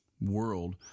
world